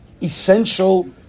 essential